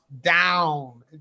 Down